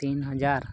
ᱛᱤᱱ ᱦᱟᱡᱟᱨ